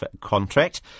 contract